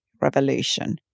revolution